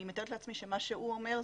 אני מתארת לעצמי שמה שהוא אומר,